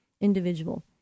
individual